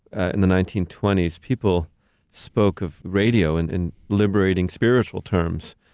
ah in the nineteen twenty s, people spoke of radio and in liberating spiritual terms,